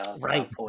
right